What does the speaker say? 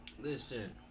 Listen